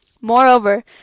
Moreover